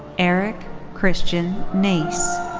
eric christian nace.